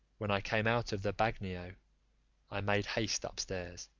when i came out of the bagnio i made haste upstairs,